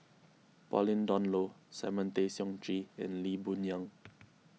Pauline Dawn Loh Simon Tay Seong Chee and Lee Boon Yang